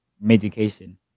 medication